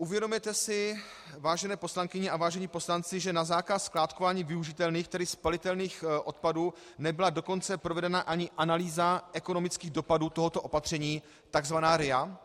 Uvědomujete si, vážené poslankyně a vážení poslanci, že na zákaz skládkování využitelných, tedy spalitelných odpadů nebyla dokonce provedena ani analýza ekonomických dopadů tohoto opatření, tzv. RIA?